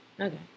okay